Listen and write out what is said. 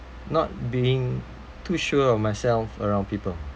not being too sure of myself around people